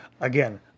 Again